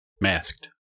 Masked